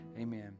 amen